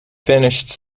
finished